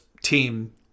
team